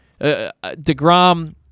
DeGrom